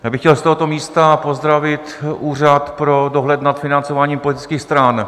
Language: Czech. Já bych chtěl z tohoto místa pozdravit Úřad pro dohled nad financováním politických stran.